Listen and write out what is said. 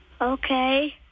Okay